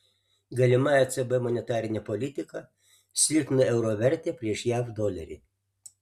galima ecb monetarinė politika silpnina euro vertę prieš jav dolerį